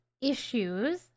issues